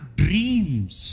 dreams